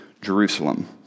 Jerusalem